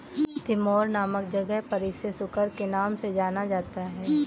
Timor नामक जगह पर इसे सुकर के नाम से जाना जाता है